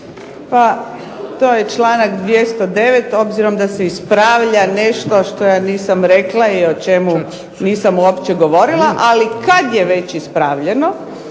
Pa to je članak 209. obzirom da se ispravlja nešto što ja nisam rekla i o čemu nisam uopće govorila. Ali kada je već ispravljeno